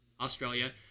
australia